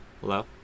Hello